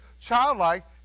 childlike